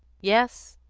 yes,